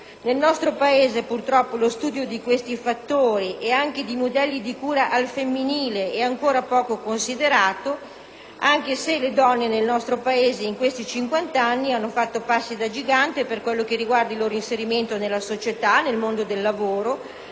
Nel nostro Paese purtroppo lo studio di questi fattori e anche di modelli di cura «al femminile» è ancora poco considerato, anche se le donne nel nostro Paese in questi 50 anni hanno fatto dei passi da gigante per quanto riguarda il loro inserimento nella società e nel mondo del lavoro,